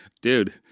dude